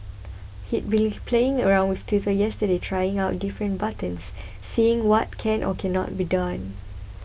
had been playing around with Twitter yesterday trying out different buttons seeing what can or cannot be done